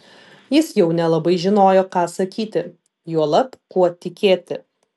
jis jau nelabai žinojo ką sakyti juolab kuo tikėti